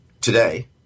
today